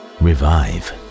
revive